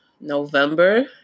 November